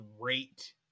great